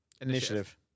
initiative